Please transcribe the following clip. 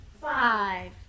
Five